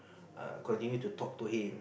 err continue to talk to him